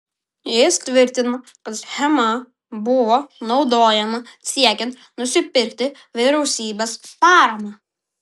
jis tvirtino kad schema buvo naudojama siekiant nusipirkti vyriausybės paramą